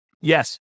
Yes